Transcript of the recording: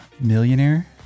millionaire